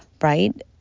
right